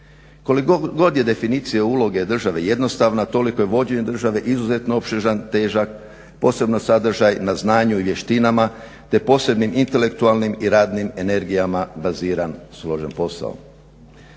Koliko god je definicija uloge države jednostavna, toliko je vođenje države izuzetno opsežan, težak, posebno sadržaj na znanju i vještinama te posebnim intelektualnim i radnim energijama baziran, složen posao.